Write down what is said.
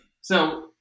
So-